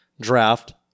draft